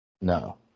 No